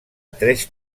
tres